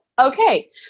okay